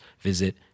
visit